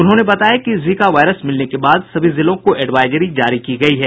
उन्होंने बताया कि जीका वायरस मिलने के बाद सभी जिलों को एडवाजरी जारी की गयी है